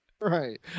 right